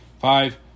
Five